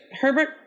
Herbert